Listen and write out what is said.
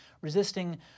resisting